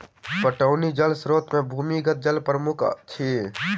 पटौनी जल स्रोत मे भूमिगत जल प्रमुख अछि